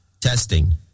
testing